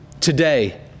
Today